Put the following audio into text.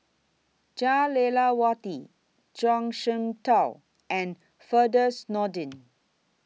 Jah Lelawati Zhuang Shengtao and Firdaus Nordin